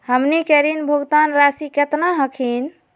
हमनी के ऋण भुगतान रासी केतना हखिन?